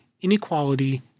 Inequality